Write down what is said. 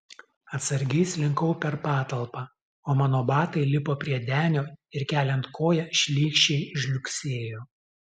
atsargiai slinkau per patalpą o mano batai lipo prie denio ir keliant koją šlykščiai žliugsėjo